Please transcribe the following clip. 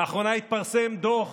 לאחרונה התפרסם דוח